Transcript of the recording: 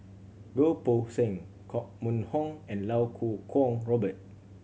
Goh Poh Seng Koh Mun Hong and Iau Kuo Kwong Robert